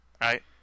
right